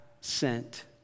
sent